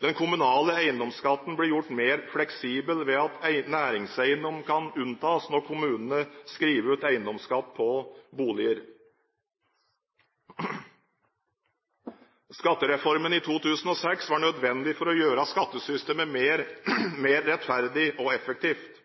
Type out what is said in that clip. Den kommunale eiendomsskatten blir gjort mer fleksibel ved at næringseiendom kan unntas når kommunene skriver ut eiendomsskatt på boliger. Skattereformen i 2006 var nødvendig for å gjøre skattesystemet mer rettferdig og effektivt.